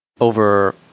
over